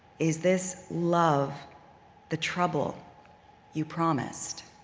is this love the trouble you promised?